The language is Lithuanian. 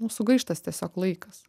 sugaištas tiesiog laikas